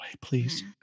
please